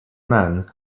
man